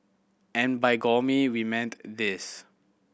and by gourmet we meant this